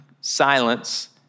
silence